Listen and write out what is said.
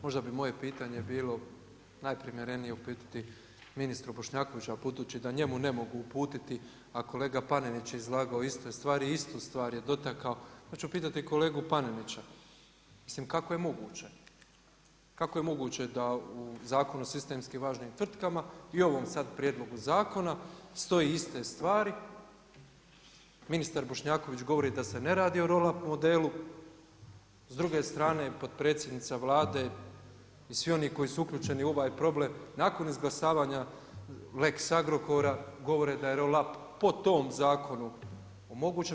Možda bi moje pitanje bilo najprimjerenije uputiti ministru Bošnjakoviću, ali budući da njemu ne mogu uputiti, a kolega Panenić je izlagao iste stvari i istu stvar je dotakao, ja ću pitati kolegu Panenića, kako je moguće da u Zakonu o sistemski važnim tvrtkama i ovom sad prijedlogu zakona stoje sad iste stvari, ministar Bošnjaković govori da se ne radi o roll up modelu, s druge strane potpredsjednica Vlade i svi oni koji su uključeni u ovaj problem, nakon izglasavanja, lex Agrokora, govore da je roll up po tom zakonu omogućen.